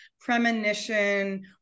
premonition